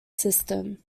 system